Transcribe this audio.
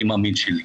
האני מאמין שלי.